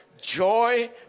joy